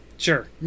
Sure